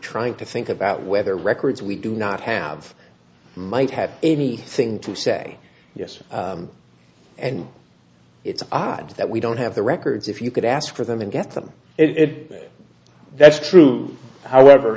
trying to think about whether records we do not have might have anything to say yes and it's odd that we don't have the records if you could ask for them and get them it that's true however